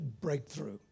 breakthrough